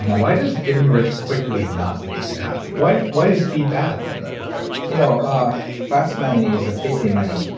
why does getting rich quickly not make you happy? why why is speed bad from that perspective? you know ah fast money is ah busy money,